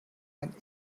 einen